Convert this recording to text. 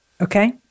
Okay